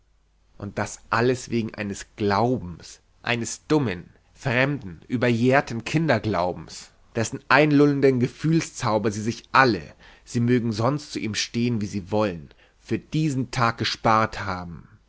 und alles das wegen eines glaubens eines dummen fremden überjährten kinderglaubens dessen einlullenden gefühlszauber sie sich alle sie mögen sonst zu ihm stehen wie sie wollen für diesen tag gespart haben